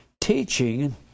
teaching